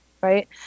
right